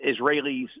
israelis